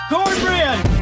Cornbread